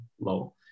low